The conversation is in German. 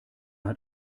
hat